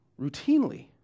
routinely